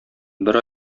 бер